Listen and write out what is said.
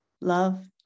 love